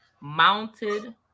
mounted